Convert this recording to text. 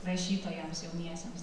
rašytojams jauniesiems